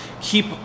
keep